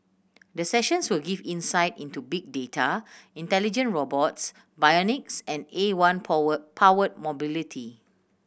the sessions will give insight into big data intelligent robots bionics and A one powered mobility